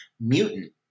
Mutant